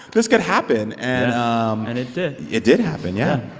this could happen and um and it did it did happen, yeah